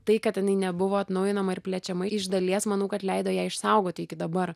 tai kad jinai nebuvo atnaujinama ir plečiama iš dalies manau kad leido ją išsaugoti iki dabar